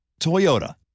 Toyota